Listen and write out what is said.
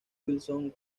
wilson